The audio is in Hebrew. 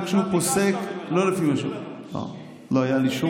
וכשהוא פוסק לא לפי --- אבל אתה ביקשת